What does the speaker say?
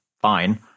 Fine